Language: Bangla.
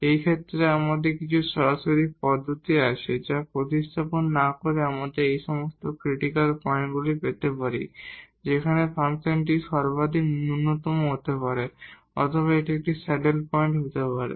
এই ক্ষেত্রে আমাদের কিছু সরাসরি পদ্ধতি আছে যা প্রতিস্থাপন না করে আমরা এই সমস্ত ক্রিটিকাল পয়েন্টগুলি পেতে পারি যেখানে ফাংশনটি লোকাল মিনিমা হতে পারে অথবা এটি একটি স্যাডেল পয়েন্ট হতে পারে